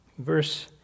verse